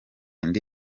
indi